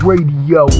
Radio